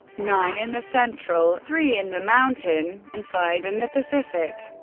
nine in the central, three in the mountain, and five in the pacific.